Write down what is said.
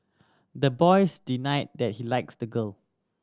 the boys denied that he likes the girl